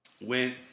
went